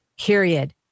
period